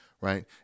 Right